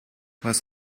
was